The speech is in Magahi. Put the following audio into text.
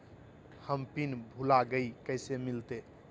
हम पिन भूला गई, कैसे मिलते?